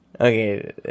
Okay